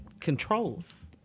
controls